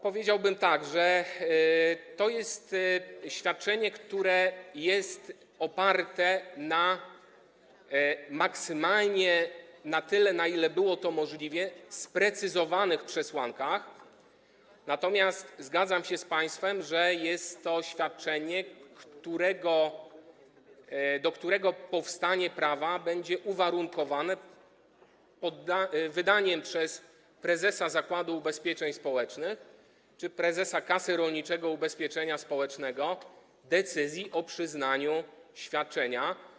Powiedziałbym tak, że to jest świadczenie, które jest oparte na maksymalnie, na tyle, na ile było to możliwe, sprecyzowanych przesłankach, natomiast zgadzam się z państwem, że jest to świadczenie, do którego powstanie prawa będzie uwarunkowane wydaniem przez prezesa Zakładu Ubezpieczeń Społecznych czy prezesa Kasy Rolniczego Ubezpieczenia Społecznego decyzji o przyznaniu świadczenia.